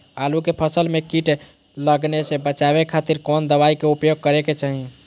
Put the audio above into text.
आलू के फसल में कीट लगने से बचावे खातिर कौन दवाई के उपयोग करे के चाही?